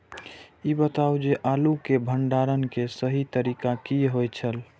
ई बताऊ जे आलू के भंडारण के सही तरीका की होय छल?